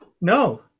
No